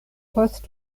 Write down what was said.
post